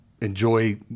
enjoy